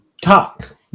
talk